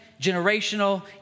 generational